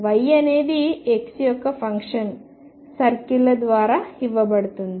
Y అనేది X యొక్క function సర్కిల్ల ద్వారా ఇవ్వబడుతుంది